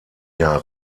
jahr